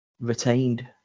retained